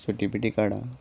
सुटी बिटी काडां